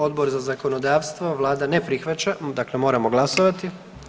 Odbor za zakonodavstvo, vlada ne prihvaća, dakle moramo glasovati.